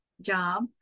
job